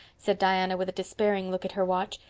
said diana, with a despairing look at her watch.